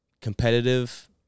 competitive